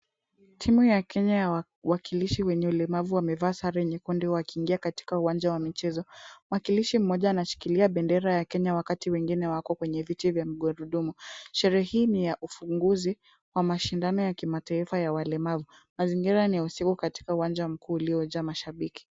Timu ya Kenya ya wakilishi wenye ulemavu wamevaa sare nyekundu wakiingia katika uwanja wa michezo. Mwakilishi mmoja anashikilia bendera ya Kenya wakati wengine wako kwenye viti vya magurudumu. Sherehe hii ni ya ufunguzi wa mashindano ya kimataifa ya walemavu. Mazingira ni ya usiku katika uwanja mkuu uliojaa mashabiki.